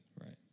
Right